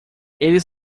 eles